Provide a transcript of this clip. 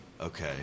Okay